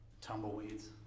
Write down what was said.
tumbleweeds